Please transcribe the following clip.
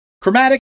Chromatic